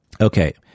Okay